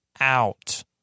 out